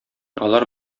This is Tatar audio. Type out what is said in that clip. алар